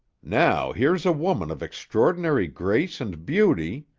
now, here's a woman of extraordinary grace and beauty